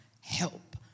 help